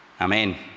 Amen